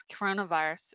coronavirus